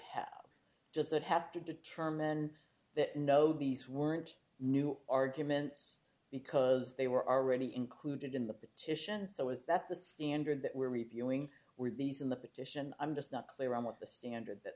have just that have to determine that no these weren't new arguments because they were already included in the petition so is that the standard that we're reviewing were these in the petition i'm just not clear on what the standard that